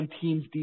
teams